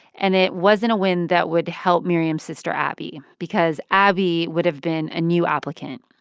and it wasn't a win that would help miriam's sister abby because abby would have been a new applicant.